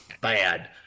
bad